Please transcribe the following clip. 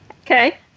Okay